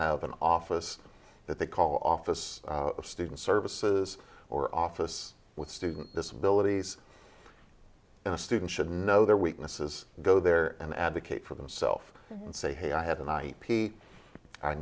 have an office that they call office of student services or office with student disability and a student should know their weaknesses go there and advocate for themself and say hey i had an i p i